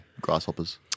grasshoppers